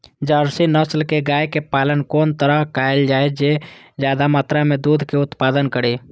Jersey नस्ल के गाय के पालन कोन तरह कायल जाय जे ज्यादा मात्रा में दूध के उत्पादन करी?